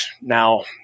now